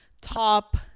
top